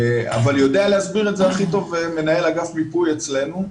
אבל יודע להסביר את זה הכי טוב מנהל אגף מיפוי אצלנו.